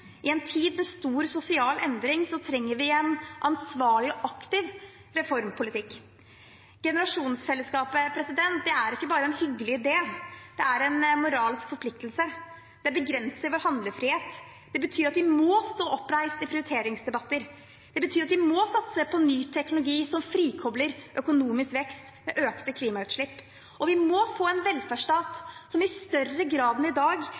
I en tid med stor sosial endring trenger vi en ansvarlig og aktiv reformpolitikk. Generasjonsfelleskapet er ikke bare en hyggelig idé; det er en moralsk forpliktelse. Det begrenser vår handlefrihet. Det betyr at vi må stå oppreist i prioriteringsdebatter. Det betyr at vi må satse på ny teknologi som frikobler økonomisk vekst med økte klimagassutslipp. Vi må få en velferdsstat som i større grad enn i dag